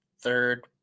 third